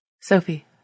Sophie